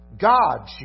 God